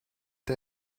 der